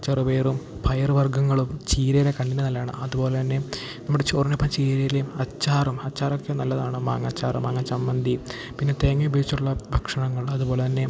ചെറുപയറും പയർ വർഗ്ഗങ്ങളും ചീരയില കണ്ണിന് നല്ലതാണ് അതുപോലെതന്നെ നമ്മുടെ ചോറിനൊപ്പം ചീരയിലയും അച്ചാറും അച്ചാറുമൊക്കെ നല്ലതാണ് മാങ്ങയച്ചാറും മാങ്ങച്ചമ്മന്തിയും പിന്നെ തേങ്ങ ഉപയോഗിച്ചുള്ള ഭക്ഷണങ്ങൾ അതുപോലെ തന്നെ